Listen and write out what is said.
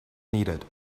needed